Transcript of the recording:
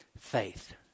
faith